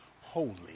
holy